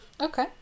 Okay